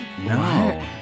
No